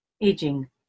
aging